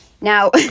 Now